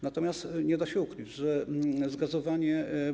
Natomiast nie da się ukryć, że zgazowanie.